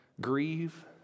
grieve